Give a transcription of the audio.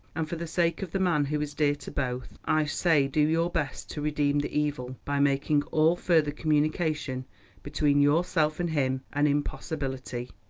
and for the sake of the man who is dear to both, i say do your best to redeem the evil, by making all further communication between yourself and him an impossibility.